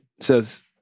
says